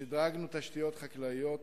שדרגנו תשתיות חקלאיות,